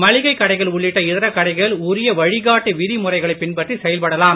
மளிகை கடைகள் உள்ளிட்ட இதர கடைகள் உாிய வழிகாட்டு விதிமுறைகளை பின்பற்றி செயல்படலாம்